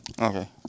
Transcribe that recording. Okay